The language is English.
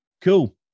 Cool